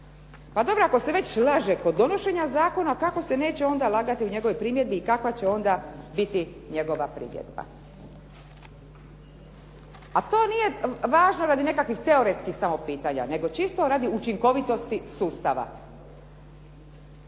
Pa dobro, ako se već laže kod donošenja zakona kako se neće onda lagati u njegovoj primjeni i kakva će onda biti njegova primjena. A to nije važno radi nekakvih teoretskih samo pitanja nego čisto radi učinkovitosti sustava.